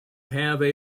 have